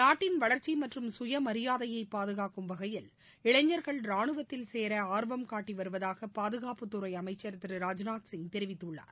நாட்டின் வளர்ச்சி மற்றும் சுயமரியாதையை பாதுனக்கும் வகையில் இளைஞர்கள் ரானுவத்தில் சேர ஆர்வம் காட்டிவருவதாக பாதுகாப்புத்துறை அமைச்சர் திரு ராஜ்நாத்சிங் தெரிவித்துள்ளார்